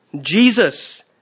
Jesus